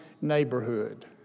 Neighborhood